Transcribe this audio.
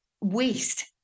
waste